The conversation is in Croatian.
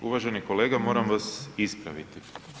Uvaženi kolega moram vas ispraviti.